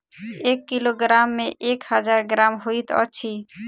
एक किलोग्राम मे एक हजार ग्राम होइत अछि